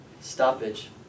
stoppage